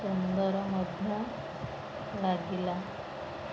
ସୁନ୍ଦର ମଧ୍ୟ ଲାଗିଲା